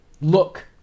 Look